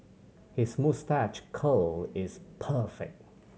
his moustache curl is perfect